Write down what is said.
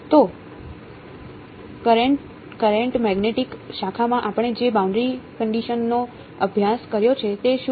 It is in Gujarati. તો કરેંટ મેગ્નેટિક શાખામાં આપણે જે બાઉન્ડરી કંડિશનનો અભ્યાસ કર્યો છે તે શું છે